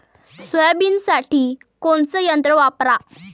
सोयाबीनसाठी कोनचं यंत्र वापरा?